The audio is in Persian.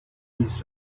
نسبت